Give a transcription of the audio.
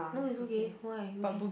no it's okay why we can